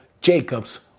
Jacob's